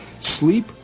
sleep